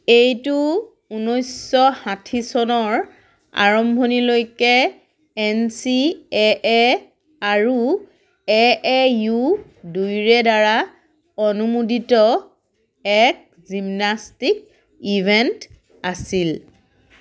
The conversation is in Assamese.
এইটো ঊনৈছশ ষাঠি চনৰ আৰম্ভণিলৈকে এন চি এ এ আৰু এ এ ইউ দুয়োৰে দ্বাৰা অনুমোদিত এক জিমনাষ্টিক ইভেণ্ট আছিল